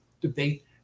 debate